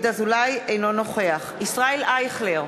אינו נוכח ישראל אייכלר,